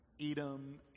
Edom